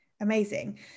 Amazing